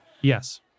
Yes